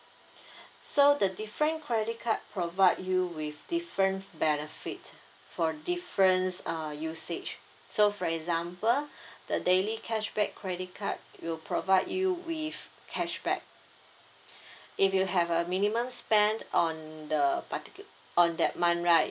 so the different credit card provide you with different benefit for difference uh usage so for example the daily cashback credit card will provide you with cashback if you have a minimum spend on the particu~ on that month right